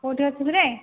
କେଉଁଠି ଅଛୁ କିରେ